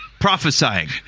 Prophesying